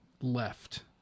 left